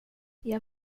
jag